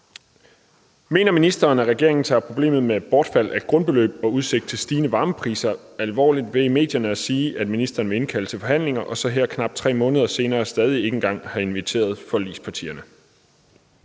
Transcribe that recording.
Mener ministeren, at regeringen tager problemet med bortfald af grundbeløb og udsigt til stigende varmepriser alvorligt ved i medierne at sige, at ministeren vil indkalde til forhandlinger, og så her knap 3 måneder senere stadig ikke engang have inviteret forligspartierne?